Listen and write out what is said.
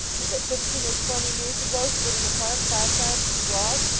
and that fifteen or twenty years ago stood in a park five times as broad,